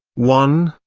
one,